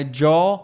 jaw